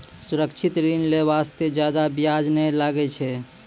सुरक्षित ऋण लै बास्ते जादा बियाज नै लागै छै